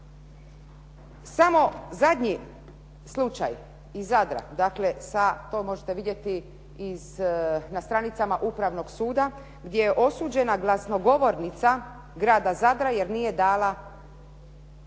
Samo zadnji slučaj iz Zadra, dakle to možete vidjeti na stranicama Upravnog suda gdje je osuđena glasnogovornica grada Zadra jer nije dala